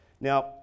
Now